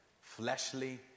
fleshly